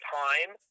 time